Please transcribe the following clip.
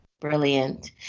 Brilliant